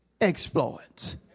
exploits